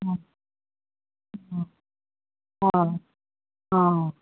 অ অ অ অ